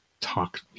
talk